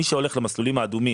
מי שהולך למסלולים האדומים,